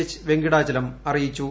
H Venkatachalam അറിയിച്ചു